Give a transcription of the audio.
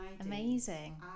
Amazing